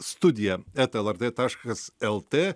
studiją eta el er t taškas el tė